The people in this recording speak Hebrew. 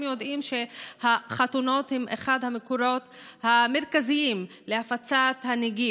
יודעים שהחתונות הם אחד המקורות המרכזיים להפצת הנגיף,